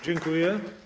Dziękuję.